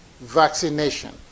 vaccination